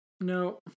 No